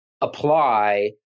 apply